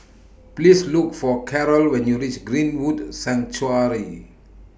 Please Look For Karol when YOU REACH Greenwood Sanctuary